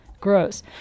gross